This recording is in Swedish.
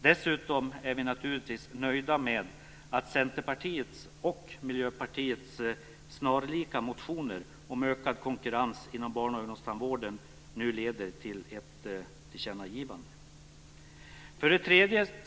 Dessutom är vi naturligtvis nöjda med att Centerpartiets och Miljöpartiets snarlika motioner om ökad konkurrens inom barn och ungdomstandvården nu leder till ett tillkännagivande. 3.